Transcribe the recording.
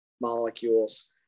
molecules